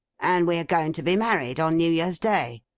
and we are going to be married on new year's day